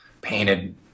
painted